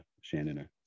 shannon